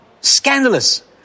Scandalous